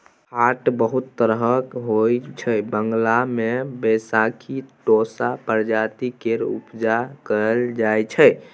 पाट बहुत तरहक होइ छै बंगाल मे बैशाखी टोसा प्रजाति केर उपजा कएल जाइ छै